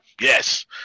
Yes